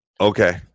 okay